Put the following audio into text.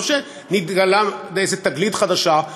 לא שנתגלתה איזו תגלית חדשה,